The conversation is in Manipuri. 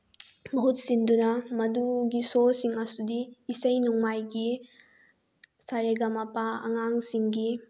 ꯃꯍꯨꯠ ꯁꯤꯟꯗꯨꯅ ꯃꯗꯨꯒꯤ ꯁꯣꯁꯤꯡ ꯑꯁꯤꯗꯤ ꯏꯁꯩ ꯅꯣꯡꯃꯥꯏꯒꯤ ꯁꯥꯔꯦ ꯒꯃ ꯄꯥ ꯑꯉꯥꯡꯁꯤꯡꯒꯤ